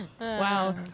Wow